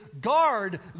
Guard